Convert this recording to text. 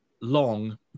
long